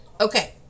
okay